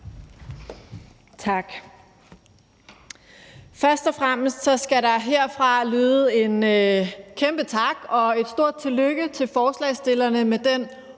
Tak.